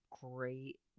great